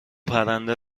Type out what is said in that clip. پرنده